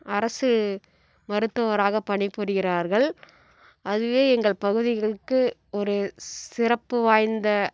அரசு மருத்துவராக பணிபுரிகிறார்கள் அதுவே எங்கள் பகுதிகளுக்கு ஒரு சிறப்பு வாய்ந்த